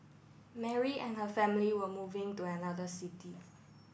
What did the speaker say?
Mary and her family were moving do another city